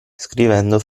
scrivendo